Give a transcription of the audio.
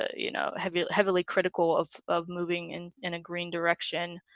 you know heavy heavily critical of of moving in in a green direction,